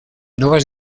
nuevas